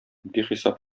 бихисап